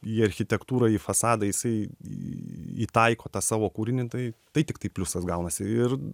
į architektūrą į fasadą jisai įtaiko tą savo kūrinį tai tai tiktai pliusas gaunasi ir